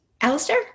Alistair